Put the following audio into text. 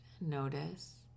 Notice